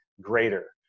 greater